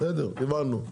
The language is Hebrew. הבנו,